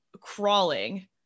crawling